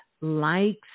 likes